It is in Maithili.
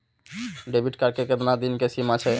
डेबिट कार्ड के केतना दिन के सीमा छै?